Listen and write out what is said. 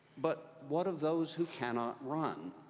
but what of those who cannot run?